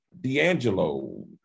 D'Angelo